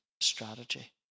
strategy